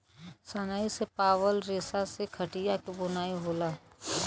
सनई से पावल रेसा से खटिया क बुनाई होला